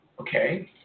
Okay